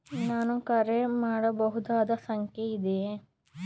ನಾನು ಕರೆ ಮಾಡಬಹುದಾದ ಸಂಖ್ಯೆ ಇದೆಯೇ?